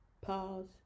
pause